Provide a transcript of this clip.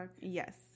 Yes